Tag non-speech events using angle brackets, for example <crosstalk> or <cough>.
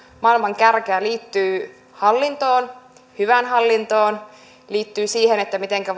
maailman kärkeä liittyy hallintoon hyvään hallintoon se liittyy vaikkapa siihen mitenkä <unintelligible>